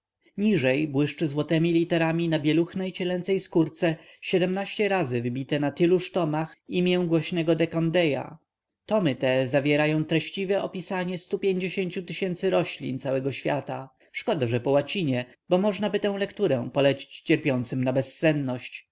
niżej błyszczy złotemi literami na bieluchnej cielęcej skórce siedmnaście razy wybite na tyluż tomach imię głośnego de candollea tomy te zawierają treściwe opisanie stu pięćdziesięciu tysięcy roślin całego świata szkoda że po łacinie bo możnaby tę lekturę polecić cierpiącym na bezsenność